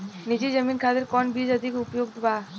नीची जमीन खातिर कौन बीज अधिक उपयुक्त बा?